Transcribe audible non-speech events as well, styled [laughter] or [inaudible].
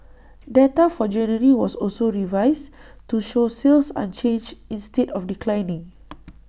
data for January was also revised to show sales unchanged instead of declining [noise]